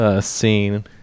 Scene